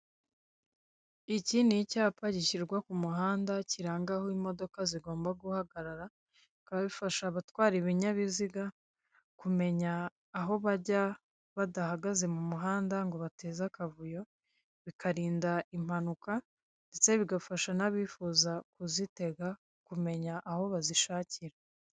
Iki ni icyapa gishyirwa ku muhanda, kiranga aho imodoka zigomba guhagarara, bikaba bifasha abatwara ibinyabiziga kumenya aho bajya, badahagaze mu muhanda ngo bateze akavuyo, bitakinda impanuka, ndetse bigafasha n'abifuza kuzitega kumenya aho bazishakira.